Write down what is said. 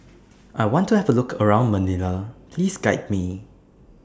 I want to Have A Look around Manila Please Guide Me